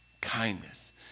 kindness